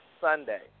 Sunday